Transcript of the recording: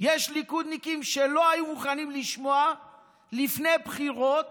יש ליכודניקים שלא היו מוכנים לשמוע לפני בחירות